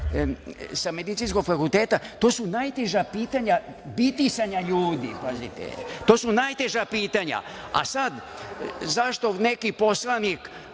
sa Medicinskog fakulteta, to su najteža pitanja bitisanja ljudi, pazite. To su najteža pitanja. Sada, zašto neki poslanik